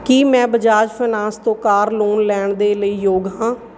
ਕੀ ਮੈਂ ਬਜਾਜ ਫਾਈਨੈਂਸ ਤੋਂ car loan ਲੈਣ ਦੇ ਲਈ ਯੋਗ ਹਾਂ